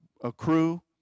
accrue